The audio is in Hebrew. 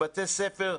בתי ספר,